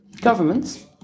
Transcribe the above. governments